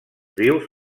vius